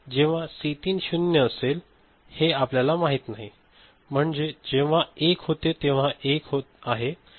जेव्हा सी 3 0 असेल हे आपल्याला माहिती नाही म्हणजे जेव्हा 1 होते तेव्हा ते 1 होते